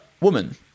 woman